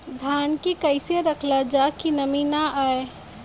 धान के कइसे रखल जाकि नमी न आए?